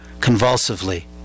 convulsively